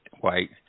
white